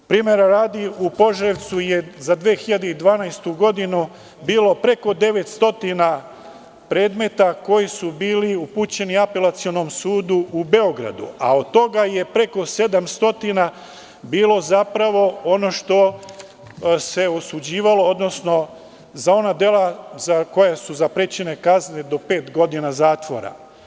Primera radi, u Požarevcu je za 2012. godinu bilo preko 900 predmeta koji su bili upućeni Apelacionom sudu u Beogradu, a od toga je preko 700 bilo zapravo ono što se osuđivalo, odnosno za ona dela za koja su zaprećene kazne do pet godina zatvora.